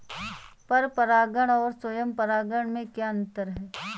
पर परागण और स्वयं परागण में क्या अंतर है?